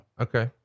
Okay